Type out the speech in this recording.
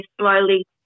slowly